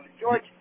George